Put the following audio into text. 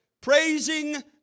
praising